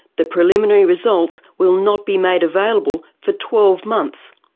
the preliminary results will not be made available for twelve months,